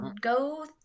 go